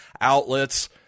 outlets